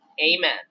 Amen